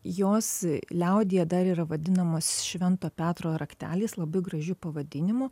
jos liaudyje dar yra vadinamos švento petro rakteliais labai gražiu pavadinimu